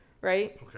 right